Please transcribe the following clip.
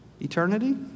eternity